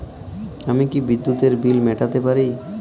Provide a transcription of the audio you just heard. আমি কি বিদ্যুতের বিল মেটাতে পারি?